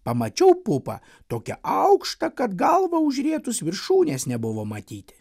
pamačiau pupą tokią aukštą kad galvą užrietus viršūnės nebuvo matyti